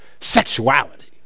sexuality